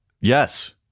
Yes